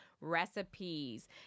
recipes